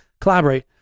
collaborate